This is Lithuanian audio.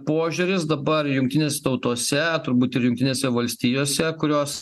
požiūris dabar jungtinėse tautose turbūt ir jungtinėse valstijose kurios